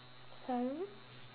sorry